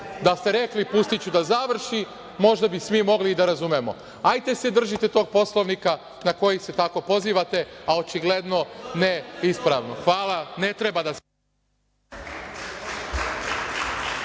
Da ste rekli – pustiću da završi, možda bi svi mogli da razumemo. Hajde se držite tog Poslovnika, na koji se tako pozivate, a očigledno ne ispravno. Hvala. Ne treba da se